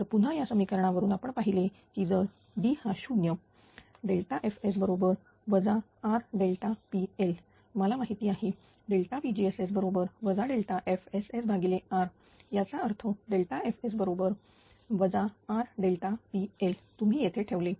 तर पुन्हा या समिकरणा वरून आपण पाहिले की जर D हा 0 FSS बरोबर RpL मला माहिती आहे pgss बरोबर FSSR याचा अर्थ FSS बरोबर RpL तुम्ही येथे ठेवले